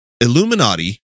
Illuminati